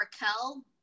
Raquel